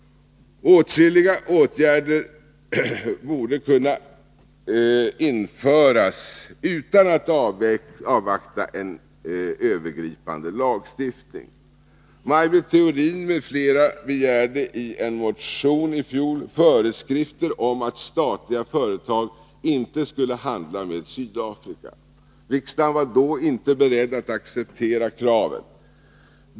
Åtskilliga åtgärder borde kunna vidtas utan att man avvaktar en övergripande lagstiftning. Maj Britt Theorin m.fl. begärde i en motion i fjol föreskrifter om att statliga företag inte skulle handla med Sydafrika. Riksdagen var då inte beredd att acceptera kravet.